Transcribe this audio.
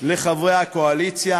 לחברי הקואליציה,